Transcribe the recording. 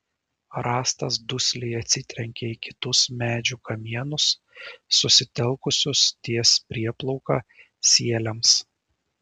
rąstas dusliai atsitrenkė į kitus medžių kamienus susitelkusius ties prieplauka sieliams